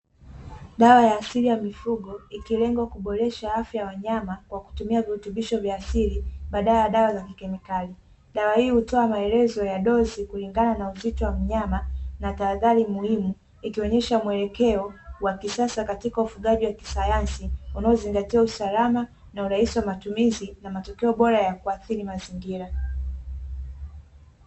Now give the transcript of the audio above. Dawa ya asili ya mifugo, ikilenga kuboresha afya ya wanyama kwa kutumia virutubisho vya asili badala ya dawa za kikemikali. Dawa hii hutoa maelezo ya dozi kulingana na uzito wa mnyama na tahadhari muhimu, ikionyesha muelekeo wa kisasa katika ufugaji wa kisayansi unaozingatia usalama na urahisi wa matumizi na matokeo bora yakuathiri mazingira.